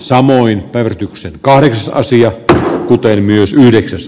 samoin päivityksen kahdeksas sijalta mutta myös yhdeksäs